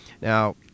Now